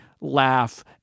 laugh